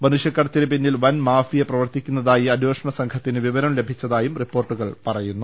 മനുഷ്യക്കടത്തിന് പിന്നിൽ പൻ മാഫിയ പ്രവർത്തിക്കുന്നതായി അന്വേഷ്ണ സംഘത്തിന് വിവരം ലഭിച്ചതായി റിപ്പോർട്ടുകൾ പറയുന്നു